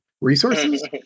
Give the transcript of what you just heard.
resources